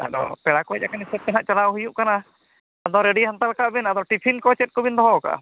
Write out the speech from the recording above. ᱟᱫᱚ ᱯᱮᱲᱟ ᱠᱚ ᱦᱮᱡ ᱟᱠᱟᱱ ᱦᱤᱥᱟᱹᱵ ᱛᱮ ᱦᱟᱸᱜ ᱪᱟᱞᱟᱣ ᱦᱩᱭᱩᱜ ᱠᱟᱱᱟ ᱟᱫᱚ ᱨᱮᱰᱤ ᱦᱟᱛᱟᱲ ᱠᱟᱜ ᱵᱤᱱ ᱟᱫᱚ ᱴᱤᱯᱷᱤᱱ ᱠᱚ ᱪᱮᱫ ᱠᱚᱵᱤᱱ ᱫᱚᱦᱚ ᱠᱟᱜᱼᱟ